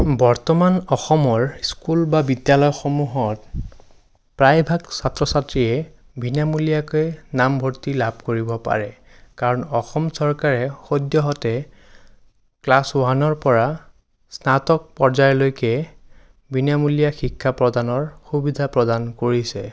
বৰ্তমান অসমৰ স্কুল বা বিদ্যালয়সমূহত প্ৰায়ভাগ ছাত্ৰ ছাত্ৰীয়ে বিনামূলীয়াকৈ নামভৰ্তি লাভ কৰিব পাৰে কাৰণ অসম চৰকাৰে সদ্যহতে ক্লাছ ওৱানৰ পৰা স্নাতক পৰ্য্যায়লৈকে বিনামূলীয়া শিক্ষা প্ৰদানৰ সুবিধা প্ৰদান কৰিছে